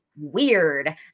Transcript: weird